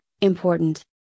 important